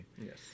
Yes